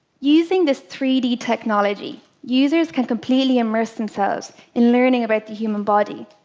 using this three d technology, users can completely immerse themselves in learning about the human body.